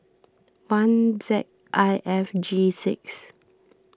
one Z I F G six